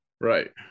Right